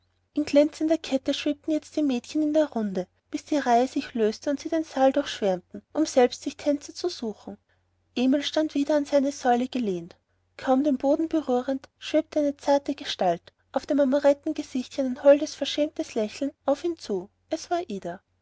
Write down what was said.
in glänzender kette schwebten jetzt die mädchen in der runde bis die reihe sich löste und sie den saal durchschwärmten um selbst sich tänzer zu suchen emil stand wieder an seine säule gelehnt kaum den boden berührend schwebte eine zarte gestalt auf dem amorettengesichtchen ein holdes verschämtes lächeln auf ihn zu es war ida